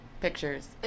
pictures